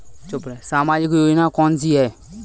सामाजिक योजना कौन कौन सी हैं?